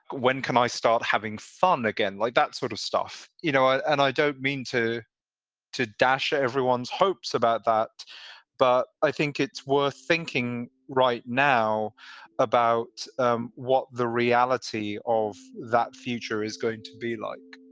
when can i start having fun again? like that sort of stuff, you know, and i don't mean to to dash. everyone's hopes about that but i think it's worth thinking right now about um what the reality of that future is going to be like